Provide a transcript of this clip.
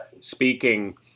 speaking